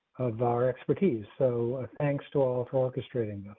of our expertise, so ah thanks to all for orchestrating.